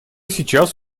сейчас